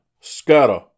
Scatter